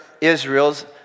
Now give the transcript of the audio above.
Israel's